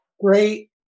Great